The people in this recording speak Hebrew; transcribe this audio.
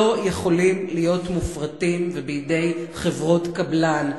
לא יכולים להיות מופרטים ובידי חברות קבלן,